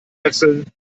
wechseln